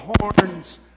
horns